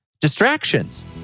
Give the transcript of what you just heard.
distractions